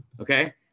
okay